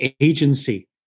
agency